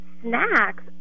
snacks